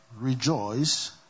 rejoice